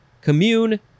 commune